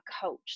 coach